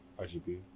RGB